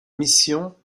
missions